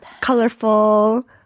Colorful